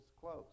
close